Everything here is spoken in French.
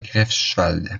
greifswald